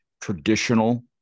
traditional